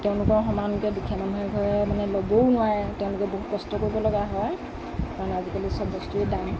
তেওঁলোকৰ সমানকৈ দুখীয়া মানুহ এঘৰে মানে ল'বও নোৱাৰে তেওঁলোকে বহুত কষ্ট কৰিব লগা হয় কাৰণ আজিকালি সব বস্তুৱে দাম